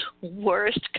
worst